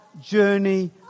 journey